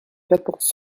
quatorze